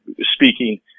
speaking